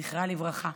זכרה לברכה,